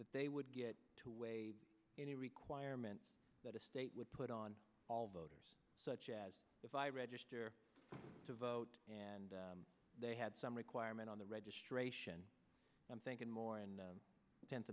that they would get away any requirement that a state would put on all voters such as if i register to vote and they had some requirement on the registration i'm thinking more in the tenth